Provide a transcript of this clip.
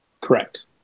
Correct